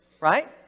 Right